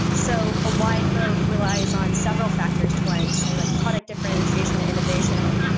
so a wide moat relies on several factored ones. say like product differentiation and innovation,